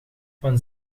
van